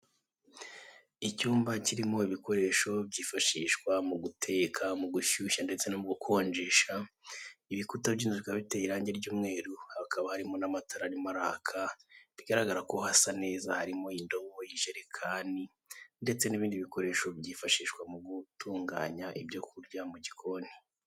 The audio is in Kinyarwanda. Ibikoresho byo mu nzu birimo firigo, ibyo mu gikoni nka gazi yo gutekesha ndetse n'amashyiga yayo. Ibi bikoresho biri kugurishwa. Biherereye Kabeza mu Mujyi wa Kigali.